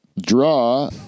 draw